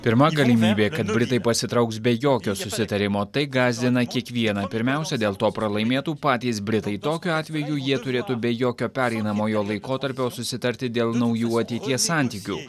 pirma galimybė kad britai pasitrauks be jokio susitarimo tai gąsdina kiekvieną pirmiausia dėl to pralaimėtų patys britai tokiu atveju jie turėtų be jokio pereinamojo laikotarpio susitarti dėl naujų ateities santykių